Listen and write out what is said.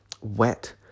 wet